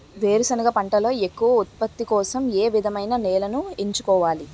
వేరుసెనగ పంటలో ఎక్కువ ఉత్పత్తి కోసం ఏ విధమైన నేలను ఎంచుకోవాలి?